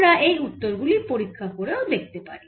আমরা এই উত্তর গুলি পরীক্ষা করে দেখতে পারি